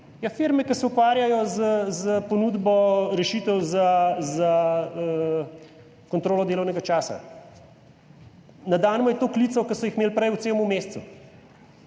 Firme, ki se ukvarjajo s ponudbo rešitev za kontrolo delovnega časa. Na dan imajo toliko klicev, kot so jih imeli prej v celem mesecu,